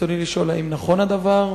רצוני לשאול: 1. האם נכון הדבר?